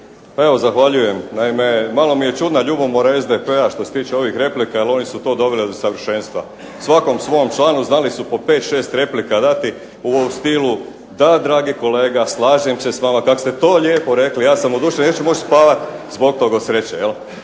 evo zahvaljujem. Malo mi je čudna ljubomora SDP-a što se tiče replika jer oni su to doveli do savršenstva. Svakom svom članu znali su po 5, 6 replika dati, u stilu da dragi kolega slažem se s vama, kako ste to lijepo rekli, ja sam oduševljen, neću moći spavati zbog toga od sreće,